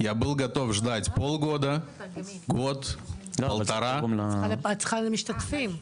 במשך שלושה שבועיות אספתי את כל המסמכים.